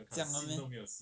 这样的 meh